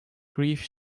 grief